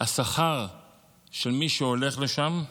השכר של מי שהולך לשם,